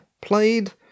played